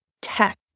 tech